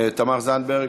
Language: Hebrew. תמר זנדברג,